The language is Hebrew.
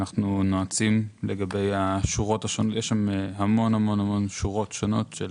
יש שם המון שורות שונות של